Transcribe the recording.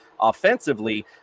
offensively